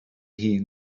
hun